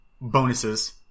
bonuses